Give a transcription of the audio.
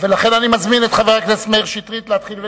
לכן אני מזמין את חבר הכנסת מאיר שטרית להתחיל ולדבר.